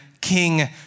King